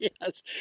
Yes